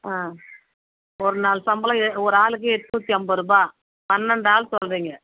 ஆ ஒரு நாள் சம்பளம் எ ஒரு ஆளுக்கு எட்நூத்தி ஐம்பதுரூபா பன்னெண்டு ஆள் சொல்கிறிங்க